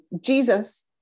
Jesus